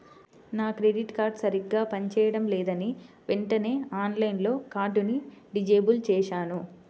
నా credit card సరిగ్గా పని చేయడం లేదని వెంటనే ఆన్లైన్లో కార్డుని డిజేబుల్ చేశాను